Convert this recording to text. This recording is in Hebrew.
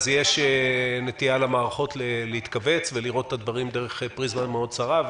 יש נטייה למערכות להתכווץ ולראות את הדברים דרך פריזמה צרה מאוד,